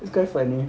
it's quite funny